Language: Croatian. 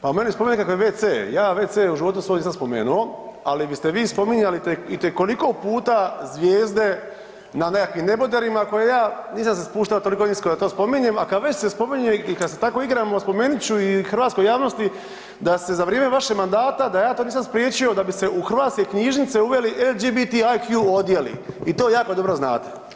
Pa meni spominje kako wc, ja wc u životu svom nisam spomenuo, ali biste vi spominjali i te koliko puta zvijezde na nekakvim neboderima koje ja, nisam se spušta toliko nisko da to spominjem, a kad već se spominje i kad se tako igramo, spomenut ću i hrvatskoj javnosti da se za vrijeme vašeg mandata, da ja to nisam spriječio, da bi se u hrvatske knjižnice uveli LGBTIQ odjeli i to jako dobro znate.